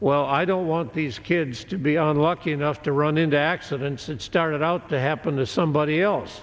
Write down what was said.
well i don't want these kids to be unlucky enough to run into accidents it started out to happen to somebody else